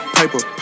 paper